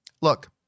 Look